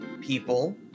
people